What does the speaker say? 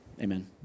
amen